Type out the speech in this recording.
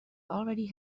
already